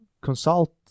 consult